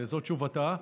זו תשובתה.